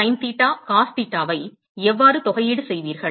sin theta cos தீட்டாவை எவ்வாறு தொகை ஈடு செய்வீர்கள்